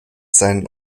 seinem